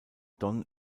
don